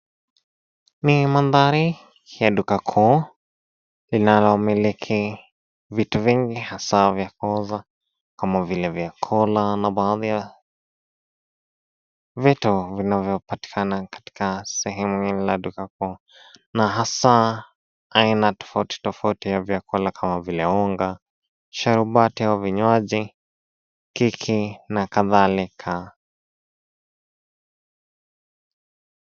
Ni mandhari ya duka kuu linalomiliki vitu vingi hasaa vya kuuza kama vile vyakula na baadhi ya vitu vinavyopatikana katika sehemu hili la duka kuu. Na hasaa, aina tofauti tofauti ya vyakula kama vile unga, sharubati au vinywaji, keki na kadhalika.